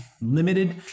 limited